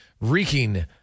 reeking